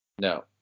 No